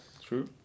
true